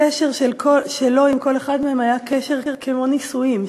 הקשר שלו עם כל אחד מהם היה קשר כמו נישואים,